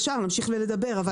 ועל השאר נמשיך ולדבר.